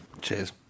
Cheers